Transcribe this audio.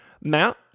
Matt